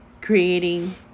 creating